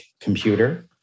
computer